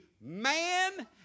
man